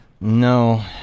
No